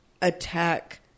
attack